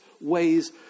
ways